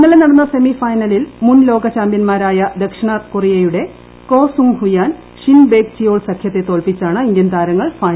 ഇന്നലെ നടന്ന സെമിഫൈനലിൽ മുൻ ലോക ചാമ്പ്യന്മാരായ ദക്ഷിണ കൊറിയയുടെ Ko Sung Hyun Shin Baek Cheol സഖ്യത്തെ തോൽപ്പിച്ചാണ് ഇന്ത്യൻ താരങ്ങൾ ഫൈനലിൽ എത്തിയത്